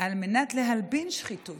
על מנת להלבין שחיתות